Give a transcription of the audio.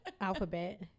alphabet